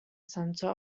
center